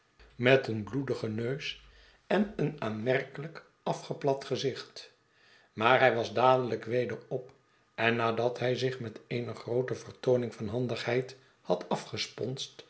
met een bloedigen neus en een aanmerkelijk afgeplat gezicht maar hij was dadelijk weder op en nadat hij zich met eene groote vertooning van handigheid had